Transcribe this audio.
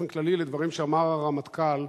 באופן כללי לדברים שאמר הרמטכ"ל